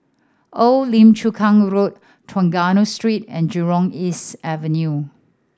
Old Lim Chu Kang Road Trengganu Street and Jurong East Avenue